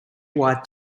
white